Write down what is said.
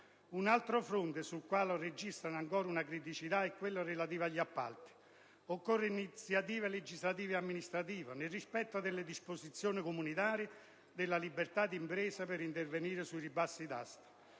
Un altro fronte sul quale si registrano ancora criticità è quello relativo agli appalti. Occorrono iniziative legislative ed amministrative, nel rispetto delle disposizioni comunitarie e della libertà di impresa, per intervenire sui ribassi d'asta.